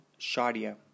Shadia